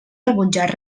rebutjar